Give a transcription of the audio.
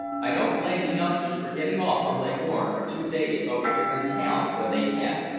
i don't blame the youngsters for getting off from leghorn for two days over here in town when they can.